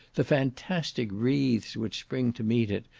the fantastic wreaths which spring to meet it,